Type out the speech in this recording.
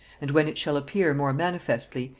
and when it shall appear more manifestly,